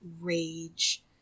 rage